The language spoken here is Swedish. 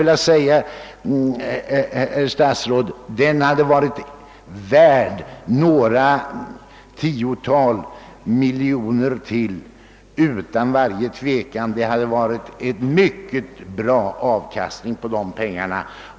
Den enigheten hade utan varje tvivel varit värd några tiotal miljoner ytterligare. Det hade varit mycket väl använda pengar, herr statsråd!